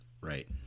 Right